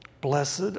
Blessed